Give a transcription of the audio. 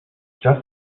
just